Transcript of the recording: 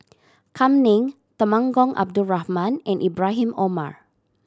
Kam Ning Temenggong Abdul Rahman and Ibrahim Omar